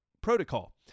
protocol